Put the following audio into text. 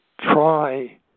try